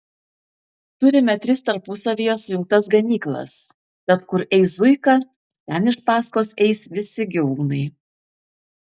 turime tris tarpusavyje sujungtas ganyklas tad kur eis zuika ten iš paskos eis visi gyvūnai